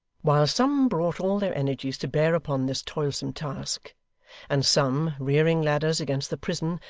while some brought all their energies to bear upon this toilsome task and some, rearing ladders against the prison,